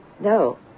No